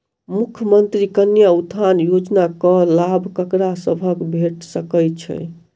मुख्यमंत्री कन्या उत्थान योजना कऽ लाभ ककरा सभक भेट सकय छई?